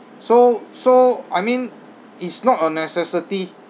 so so I mean it's not a necessity